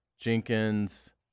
Jenkins